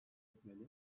etmeli